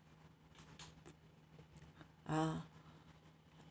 ah